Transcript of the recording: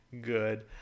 good